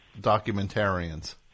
documentarians